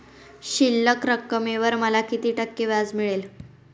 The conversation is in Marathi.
शिल्लक रकमेवर मला किती टक्के व्याज मिळेल?